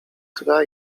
dwa